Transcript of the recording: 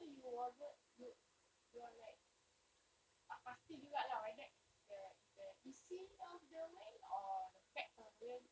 so you wasn't you you're like tak pasti juga lah whether it's the it's the isi of the whale of the fats of the whale